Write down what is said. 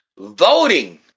Voting